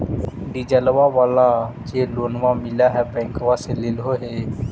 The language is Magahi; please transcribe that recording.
डिजलवा वाला जे लोनवा मिल है नै बैंकवा से लेलहो हे?